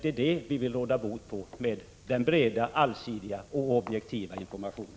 Det är detta som vi vill råda bot på med den breda, allsidiga och objektiva informationen.